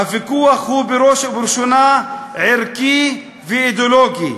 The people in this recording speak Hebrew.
הוויכוח הוא בראש ובראשונה ערכי ואידיאולוגי,